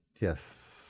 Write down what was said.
Yes